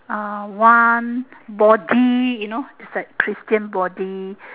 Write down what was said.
ah one body you know is that christian body